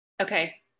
Okay